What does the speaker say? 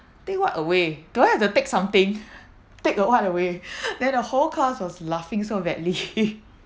take what away do I have to take something take a what away then the whole class was laughing so badly